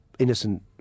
Innocent